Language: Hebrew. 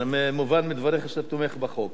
מובן מדבריך שאתה תומך בחוק.